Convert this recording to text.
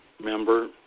member